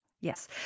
Yes